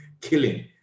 killing